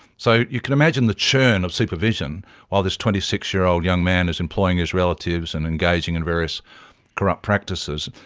so you can imagine the churn of supervision while this twenty six year old young man is employing his relatives and engaging in various corrupt practices.